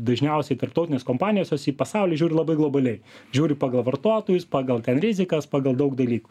dažniausiai tarptautinės kompanijos jos į pasaulį žiūri labai globaliai žiūri pagal vartotojus pagal ten rizikas pagal daug dalykų